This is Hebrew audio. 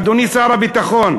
אדוני שר הביטחון,